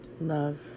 Love